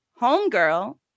homegirl